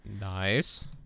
Nice